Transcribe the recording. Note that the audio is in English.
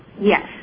Yes